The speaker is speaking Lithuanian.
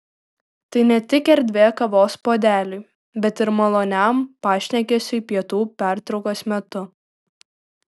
tai ne tik erdvė kavos puodeliui bet ir maloniam pašnekesiui pietų pertraukos metu